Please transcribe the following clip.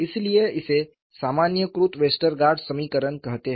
इसलिए इसे सामान्यीकृत वेस्टरगार्ड समीकरण कहते हैं